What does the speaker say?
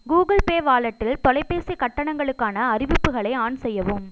Google Pay வாலெட்டில் தொலைபேசி கட்டணங்களுக்கான அறிவிப்புகளை ஆன் செய்யவும்